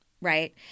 right